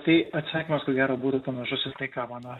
tai atsakymas ko gero būtų panašus į tai ką mano